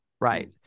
Right